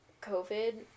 COVID